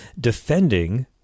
defending